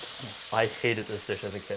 i hated this dish as a kid.